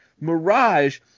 Mirage